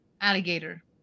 alligator